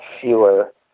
fewer